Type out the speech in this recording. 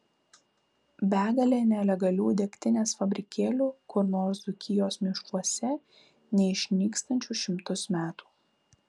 begalė nelegalių degtinės fabrikėlių kur nors dzūkijos miškuose neišnykstančių šimtus metų